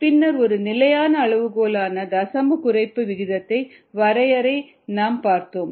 பின்னர் ஒரு நிலையான அளவுகோலான தசம குறைப்பு வீதத்தின் வரையறையை நாம் பார்த்தோம்